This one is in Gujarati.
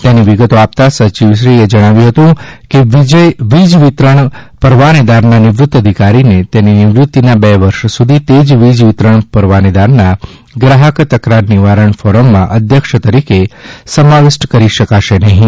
તેની વિગતો આપતા સચિવશ્રીએ જણાવ્યું કે વીજ વિતરણ પરવાનેદારના નિવૃત અધિકારીને તેની નિવૃતીના બે વર્ષ સુધી તે જ વીજ વિતરણ પરવાનેદારના ગ્રાહક તકરાર નિવારણ ફોરમમાં અધ્યક્ષ તરીકે સમાવિષ્ટ કરી શકાશે નહીં